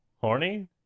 Horny